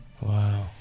Wow